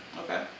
Okay